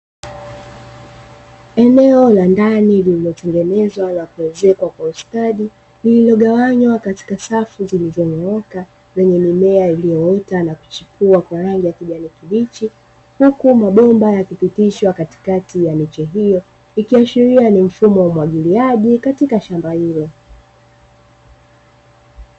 Eneo la ndani lililotengenezwa na kuezekwa kwa ustadi lililogawanywa katika safu zilizonyooka zenye mimea iliyoota na kuchipua kwa rangi ya kijani kibichi, huku mabomba yakipitishwa katikati ya miche hiyo ikiashiria ni mfumo wa umwagiliaji katika shamba hilo.